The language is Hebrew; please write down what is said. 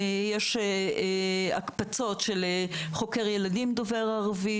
יש הקפצות של חוקר ילדים דובר ערבית,